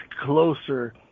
closer